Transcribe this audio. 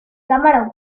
cámara